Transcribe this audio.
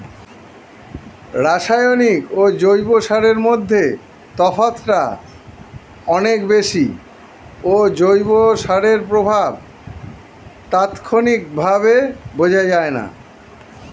রাসায়নিক ও জৈব সারের মধ্যে তফাৎটা অনেক বেশি ও জৈব সারের প্রভাব তাৎক্ষণিকভাবে বোঝা যায়না